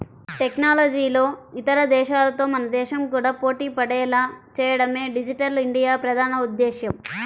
టెక్నాలజీలో ఇతర దేశాలతో మన దేశం కూడా పోటీపడేలా చేయడమే డిజిటల్ ఇండియా ప్రధాన ఉద్దేశ్యం